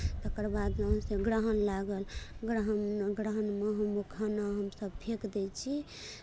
तकर बाद हमसभ ग्रहण लागल ग्रहण ग्रहणमे ओ खाना हमसभ फेकि दै छी